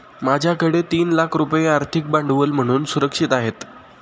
माझ्याकडे तीन लाख रुपये आर्थिक भांडवल म्हणून सुरक्षित आहेत